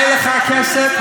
היה לך כסף,